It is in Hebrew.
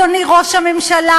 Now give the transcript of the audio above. אדוני ראש הממשלה,